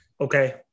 okay